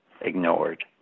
Ignored